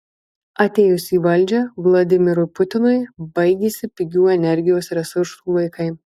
atėjus į valdžią vladimirui putinui baigėsi pigių energijos resursų laikai